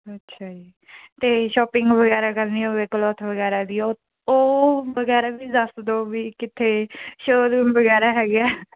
ਅੱਛਾ ਜੀ ਅਤੇ ਸ਼ੋਪਿੰਗ ਵਗੈਰਾ ਕਰਨੀ ਹੋਵੇ ਕਲੋਥ ਵਗੈਰਾ ਦੀ ਉ ਉਹ ਵਗੈਰਾ ਵੀ ਦੱਸ ਦਿਓ ਵੀ ਕਿੱਥੇ ਸ਼ੋਰੂਮ ਵਗੈਰਾ ਹੈਗੇ ਆ